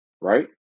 Right